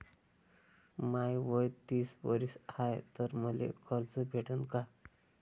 माय वय तीस वरीस हाय तर मले कर्ज भेटन का?